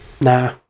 Nah